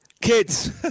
Kids